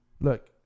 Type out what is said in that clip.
Look